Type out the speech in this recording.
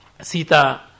Sita